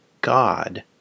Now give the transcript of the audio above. God